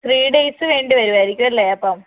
three days വേണ്ടിവരുമായിരിക്കും അല്ലേ അപ്പം